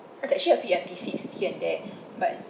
there's actually a free empty seats here and there but